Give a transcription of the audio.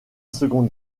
seconde